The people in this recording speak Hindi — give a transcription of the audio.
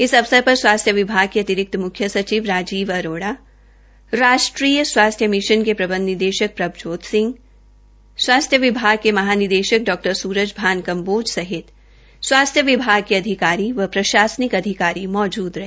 इस अवसर पर स्वास्थ्य विभाग के अतिरिक्त मुख्य सचिव राजीव अरोड़ा राष्ट्रीय स्वास्थ्य मिषन के प्रबंध निदेषक प्रभजोत सिंह स्वास्थ्य विभाग के महानिदेषक डॉ सुरजभान कम्बोज सहित स्वास्थ्य विभाग के अधिकारी व प्रषासनिक अधिकारी मौजूद रहे